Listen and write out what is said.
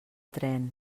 tren